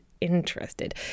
interested